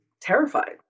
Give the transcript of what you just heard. terrified